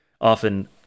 Often